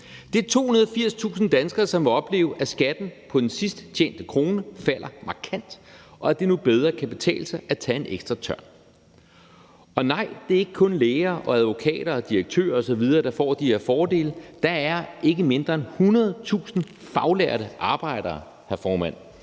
Det er 280.000 danskere, som vil opleve, at skatten på den sidst tjente krone falder markant, og at det nu bedre kan betale sig at tage en ekstra tørn. Og nej, det er ikke kun læger og advokater og direktører osv., der får de her fordele. Der er ikke mindre end 100.000 faglærte arbejdere, hr. formand,